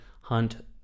Hunt